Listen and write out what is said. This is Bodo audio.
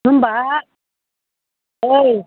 होमबा ओइ